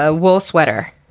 ah wool sweater,